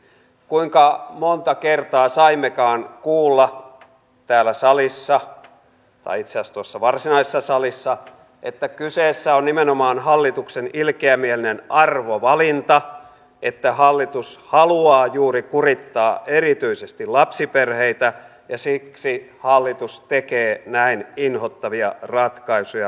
kuinka monta kertaa saimmekaan kuulla täällä salissa tai itse asiassa tuossa varsinaisessa salissa että kyseessä on nimenomaan hallituksen ilkeämielinen arvovalinta että hallitus haluaa juuri kurittaa erityisesti lapsiperheitä ja siksi hallitus tekee näin inhottavia ratkaisuja lapsiperheitä koskien